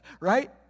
Right